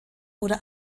oder